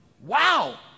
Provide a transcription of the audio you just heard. Wow